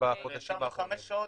בחודשים האחרונים.